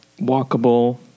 walkable